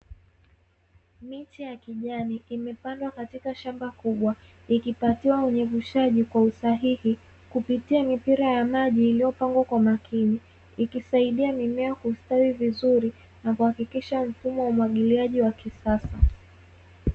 Miche ya kijani imepandwa katika shamba kubwa, ikipatiwa unyevushaji kwa usahihi kupitia mipira ya maji iliyopangwa kwa makini, ikisaidia mimea kustawi vizuri na kuhakikisha mfumo wa umwagiliaji wa kisasa.